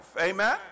Amen